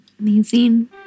Amazing